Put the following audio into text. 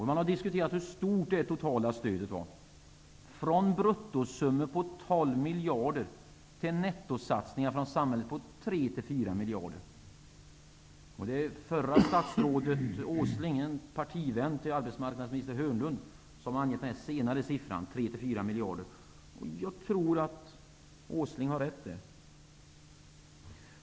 Man har diskuterat hur stort det totala stödet var. Det var från bruttosummor på 12 miljarder till nettosatsningar från samhället på 3--4 miljarder. Det är förre statstrådet Åsling, en partivän till arbetsmarknadsminister Hörnlund, som har angett den senare siffran, 3--4 miljarder. Jag tror att Åsling har rätt.